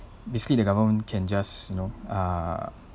basically the government can just you know uh